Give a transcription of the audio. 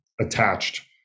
attached